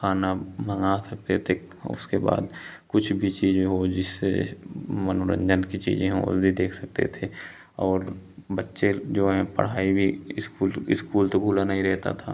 खाना मंगा सकते थे उसके बाद कुछ भी चीज़ें हों जिससे मनोरंजन की चीज़ें हो वे भी देख सकते थे और बच्चे जो हैं पढ़ाई भी इस्कूल इस्कूल तो भुलाना ही रहता था